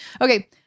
Okay